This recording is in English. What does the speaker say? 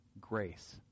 Grace